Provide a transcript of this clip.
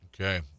Okay